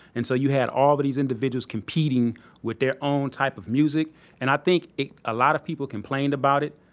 and so you had all these individuals competing with their own type of music and i think a ah lot of people complained about it.